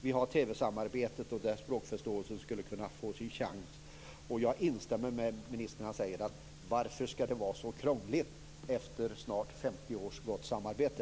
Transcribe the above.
Vi har TV-samarbetet, där språkförståelsen skulle kunna få sin chans. Jag instämmer med ministern när han säger: Varför skall det vara så krångligt efter snart femtio års gott samarbete?